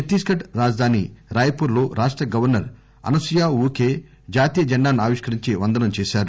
ఛత్తీస్ ఘడ్ రాజధాని రాయ్ పూర్ లో రాష్ట గవర్నర్ అనసూయ ఉకే జాతీయ జెండాను ఆవిష్కరించి వందనం చేశారు